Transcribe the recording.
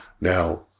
Now